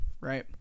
right